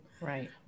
Right